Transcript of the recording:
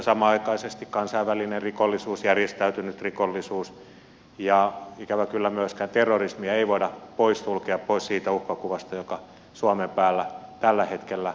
samanaikaisesti ovat kansainvälinen rikollisuus järjestäytynyt rikollisuus ja ikävä kyllä myöskään terrorismia ei voida poissulkea siitä uhkakuvasta joka suomen päällä tällä hetkellä lepää